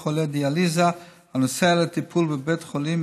חולה דיאליזה הנוסע לטיפול בבית חולים,